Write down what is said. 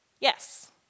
Yes